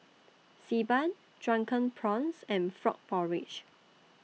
Xi Ban Drunken Prawns and Frog Porridge